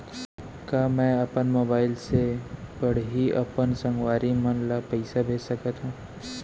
का मैं अपन मोबाइल से पड़ही अपन संगवारी मन ल पइसा भेज सकत हो?